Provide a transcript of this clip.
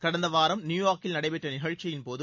கடந்த வாரம் நியூயார்க்கில் நடைபெற்ற நிகழ்ச்சியின்போது